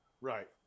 Right